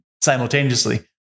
simultaneously